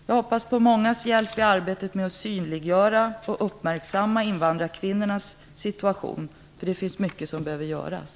Jag hoppas på mångas hjälp i arbetet med att synliggöra och uppmärksamma invandrarkvinnornas situation. Det finns mycket som behöver göras.